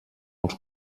els